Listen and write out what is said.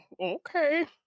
okay